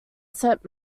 set